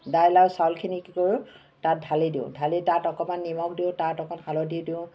দাইল আৰু চাউলখিনি কি কৰোঁ তাত ঢালি দিওঁ ঢালি দি তাত অকণমান নিমখ দিওঁ তাত অকণ হালধি দিওঁ